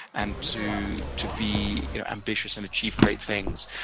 and to to be ambitious and achieve great things.